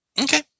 Okay